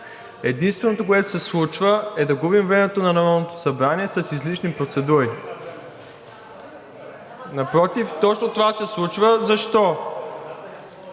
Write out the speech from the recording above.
Единственото, което се случва, е да губим времето на Народното събрание с излишни процедури. (Шум и реплики.) Напротив, точно това се случва. Защо?